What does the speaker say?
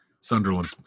Sunderland